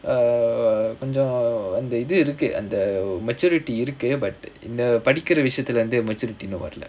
err கொஞ்ச அந்த இது இருக்கு அந்த:konja antha ithu irukku antha maturity இருக்கு:irukku but இந்த படிக்கிற விஷயத்துல வந்து:intha padikkira vishayathula vanthu maturity இன்னும் வரல:innum varala